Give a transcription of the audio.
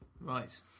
Right